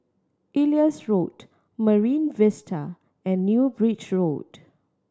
Elias Road Marine Vista and New Bridge Road